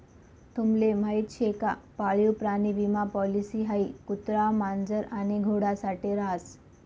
तुम्हले माहीत शे का पाळीव प्राणी विमा पॉलिसी हाई कुत्रा, मांजर आणि घोडा साठे रास